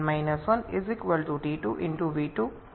সুতরাং এটি ধরতে গিয়ে আসুন দ্রুত এটি করি